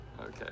Okay